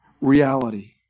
reality